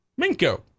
Minko